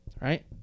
right